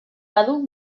badu